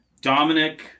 Dominic